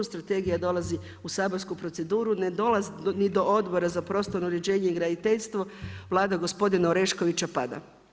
Strategija dolazi u saborsku proceduru, n dolazi ni do Odbora za prostorno uređenje i graditeljstvo, Vlada gospodina Oreškovića pada.